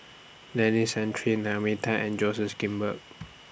Denis Santry Naomi Tan and Joseph Grimberg